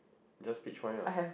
just peach wine ah